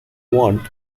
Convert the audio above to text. want